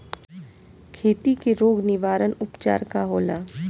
खेती के रोग निवारण उपचार का होला?